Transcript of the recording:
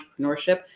entrepreneurship